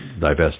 divest